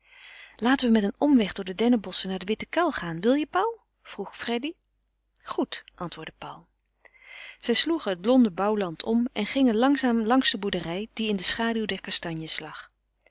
laten we met een omweg door de dennenboschen naar den witten kuil gaan wil je paul vroeg freddy goed antwoordde paul zij sloegen het blonde bouwland om en gingen langzaam langs de boerderij die in de schaduw der kastanjes lag